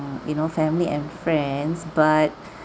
uh you know family and friends but